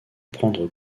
prendre